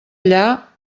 allà